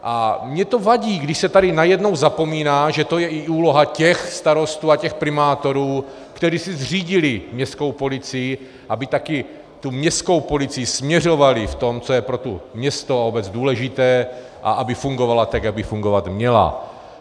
A mně to vadí, když se tady najednou zapomíná, že to je i úloha těch starostů a těch primátorů, kteří si zřídili městskou policii, aby taky tu městskou policii směřovali v tom, co je pro to město a obec důležité a aby fungovala tak, jak by fungovat měla.